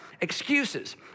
excuses